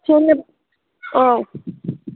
जोङो औ